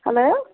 hello